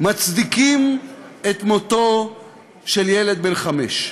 מצדיקות את מותו של ילד בן חמש?